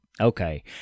Okay